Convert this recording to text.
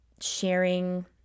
sharing